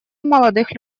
молодых